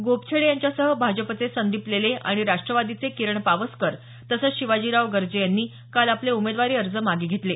गोपछेडे यांच्यासह भाजपचे संदीप लेले आणि राष्ट्रवादीचे किरण पावसकर तसंच शिवाजीराव गर्जे यांनी काल आपले उमेदवारी अर्ज मागे घेतले